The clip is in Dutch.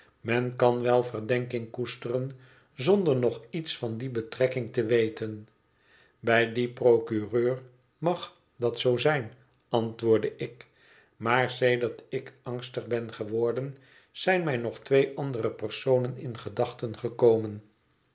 ivlen kan wel verdenking koesteren zonder nog iets van die betrekking te weten bij dien procureur mag dat zoo zijn antwoordde ik maar sedert ik angstig ben geworden zijn mij nog twee andere personen in gedachten gekomen